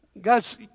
Guys